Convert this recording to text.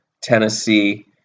Tennessee